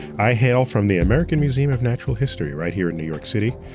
i hail from the american museum of natural history right here in new york city,